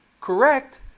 correct